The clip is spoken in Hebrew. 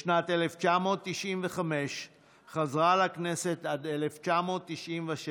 בשנת 1995 חזרה לכנסת עד 1996,